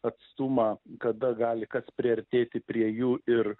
atstumą kada gali kas priartėti prie jų ir